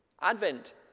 Advent